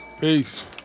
Peace